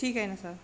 ठीक आहे ना सर